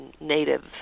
native